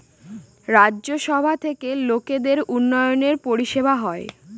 রাজ্য সভা থেকে লোকদের উন্নয়নের পরিষেবা হয়